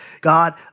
God